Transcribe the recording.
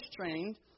trained